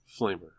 Flamer